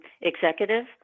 executive